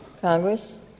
Congress